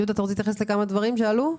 יהודה, אתה רוצה להתייחס לכמה דברים שעלו?